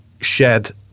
shared